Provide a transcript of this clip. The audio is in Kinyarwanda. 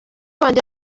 wanjye